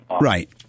Right